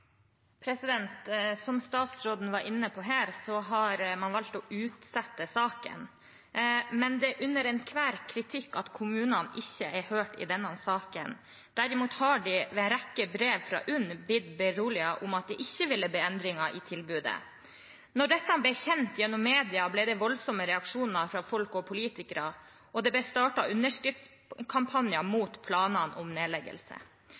Som statsråden var inne på her, har man valgt å utsette saken. Men det er under enhver kritikk at kommunene ikke er hørt i denne saken. Derimot har de gjennom en rekke brev fra UNN blitt beroliget med at det ikke ville bli endringer i tilbudet. Da dette ble kjent gjennom media, ble det voldsomme reaksjoner fra folk og politikere, og det ble startet underskriftskampanjer mot planene om nedleggelse.